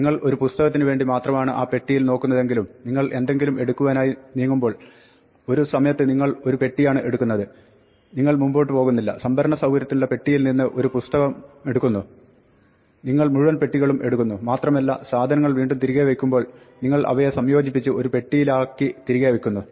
നിങ്ങൾ ഒരു പുസ്തകത്തിന് വേണ്ടി മാത്രമാണ് ആ പെട്ടിയിൽ നോക്കുന്നതെങ്കിലും നിങ്ങൾ എന്തെങ്കിലും എടുക്കുവാനായി നീങ്ങുമ്പോൾ ഒരു സമയത്ത് നിങ്ങൾ ഒരു പെട്ടിയാണ് എടുക്കുന്നത് നിങ്ങൾ മുമ്പോട്ട് പോകുന്നില്ല സംഭരണ സൌകര്യത്തിലുള്ള പെട്ടിയിൽ നിന്ന് നിങ്ങൾ ഒരു പുസ്തകമെടുക്കുന്നു നിങ്ങൾ മുഴുവൻ പെട്ടികളും എടുക്കുന്നു മാത്രമല്ല സാധനങ്ങൾ വീണ്ടും തിരികെ വെയ്ക്കുമ്പോൾ നിങ്ങൾ അവയെ സംയോജിപ്പിച്ച് ഒരു പെട്ടിയിലാക്കി തിരികെ വെയ്ക്കുന്നു